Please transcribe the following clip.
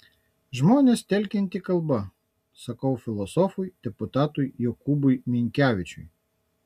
žmones telkianti kalba sakau filosofui deputatui jokūbui minkevičiui